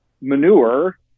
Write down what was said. manure